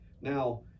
Now